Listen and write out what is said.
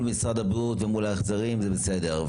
משרד הבריאות ומול ההחזרים וזה בסדר.